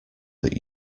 that